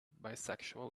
bisexual